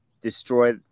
destroy